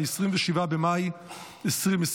27 במאי 2024,